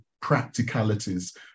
practicalities